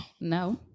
no